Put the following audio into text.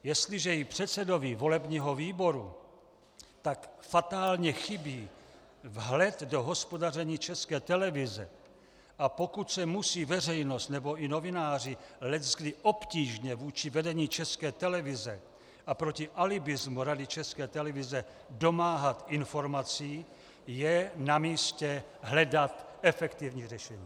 Jestliže i předsedovi volebního výboru tak fatálně chybí vhled do hospodaření České televize, a pokud se musí veřejnost nebo i novináři leckdy obtížně vůči vedení České televize a proti alibismu Rady České televize domáhat informací, je namístě hledat efektivní řešení.